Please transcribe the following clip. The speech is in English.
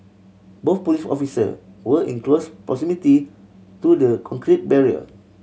both police officer were in close proximity to the concrete barrier